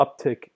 uptick